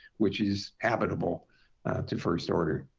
which is habitable to first order.